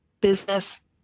business